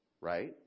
Right